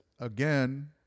again